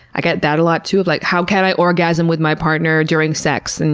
i get that a lot too, like, how can i orgasm with my partner during sex? and